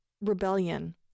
rebellion